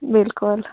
بِلکُل